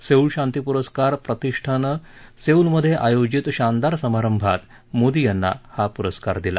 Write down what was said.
Seoul शांती पुरस्कार प्रतिष्ठानं सेऊलमधे आयोजित शानदार समारंभात मोदी यांना हा प्रस्कार दिला